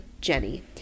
Jenny